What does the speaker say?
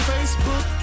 Facebook